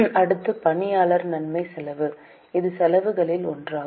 அடுத்தது பணியாளர் நன்மை செலவு இது செலவுகளில் ஒன்றாகும்